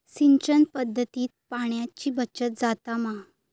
सिंचन पध्दतीत पाणयाची बचत जाता मा?